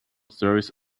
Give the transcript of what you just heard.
stories